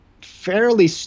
fairly